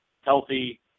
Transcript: healthy